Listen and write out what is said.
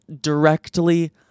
directly